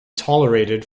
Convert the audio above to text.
tolerated